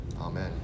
Amen